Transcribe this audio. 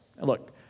Look